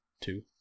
two